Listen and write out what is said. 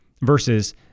versus